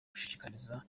gushishikariza